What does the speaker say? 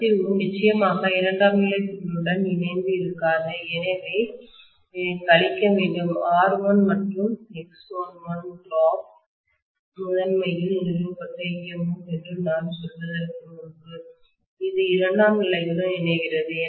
கசிவு நிச்சயமாக இரண்டாம் நிலை சுருளுடன் இணைந்து இருக்காது எனவே கழிக்க வேண்டும் R1 மற்றும் X11 டிராப்துளி முதன்மை இல் நிறுவப்பட்ட EMF என்று நான் சொல்வதற்கு முன்பு இது இரண்டாம் நிலையுடன் இணைகிறது